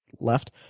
left